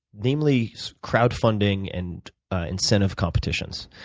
namely crowdfunding and incentive competitions,